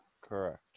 Correct